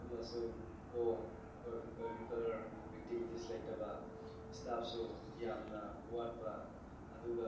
ꯑꯃꯁꯨꯡ co curricular activities ꯂꯩꯇꯕ ꯁ꯭ꯇꯥꯐꯁꯨ ꯌꯥꯝꯅ ꯋꯥꯠꯄ ꯑꯗꯨꯒ